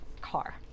car